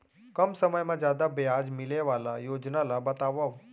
कम समय मा जादा ब्याज मिले वाले योजना ला बतावव